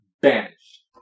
Banished